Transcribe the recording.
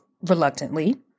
reluctantly